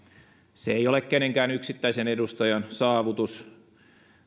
se ei ole kenenkään yksittäisen edustajan saavutus